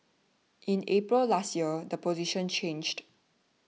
in April last year the position changed